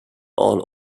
all